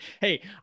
hey